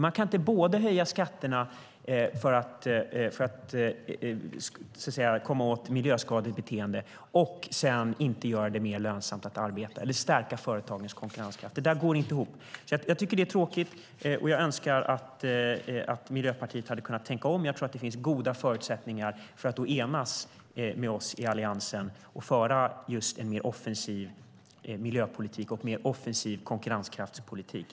Man kan inte både höja skatterna för att komma åt miljöskadligt beteende och sedan inte göra det mer lönsamt att arbeta eller stärka företagens konkurrenskraft. Det går inte ihop. Jag tycker att det är tråkigt, och jag önskar att Miljöpartiet hade kunnat tänka om. Jag tror att det finns goda förutsättningar för att enas med oss i Alliansen och föra just en mer offensiv miljöpolitik och en mer offensiv konkurrenskraftspolitik.